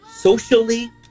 socially